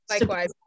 Likewise